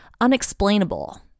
unexplainable